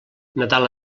nadal